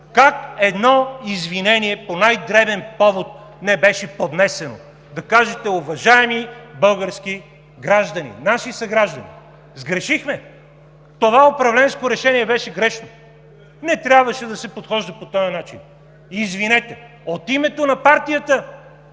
как едно извинение по най-дребен повод не беше поднесено. Да кажете: „Уважаеми български граждани, наши съграждани, сгрешихме. Това управленско решение беше грешно. Не трябваше да се подхожда по този начин, извинете“ – от името на партията,